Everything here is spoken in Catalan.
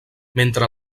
mentre